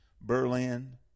Berlin